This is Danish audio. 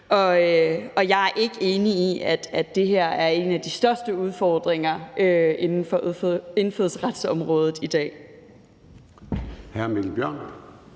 og jeg er ikke enig i, at det her er en af de største udfordringer inden for indfødsretsområdet i dag.